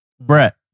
Brett